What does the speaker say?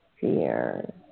fears